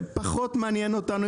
פחות מעניין אותנו,